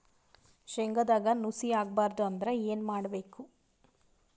ಶೇಂಗದಾಗ ನುಸಿ ಆಗಬಾರದು ಅಂದ್ರ ಏನು ಮಾಡಬೇಕು?